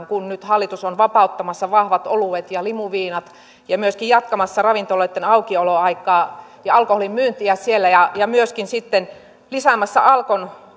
kun nyt hallitus on vapauttamassa vahvat oluet ja limuviinat ja myöskin jatkamassa ravintoloitten aukioloaikaa ja alkoholinmyyntiä siellä ja ja myöskin lisäämässä alkon